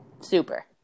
Super